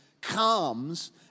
comes